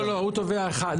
לא, הוא תובע אחד.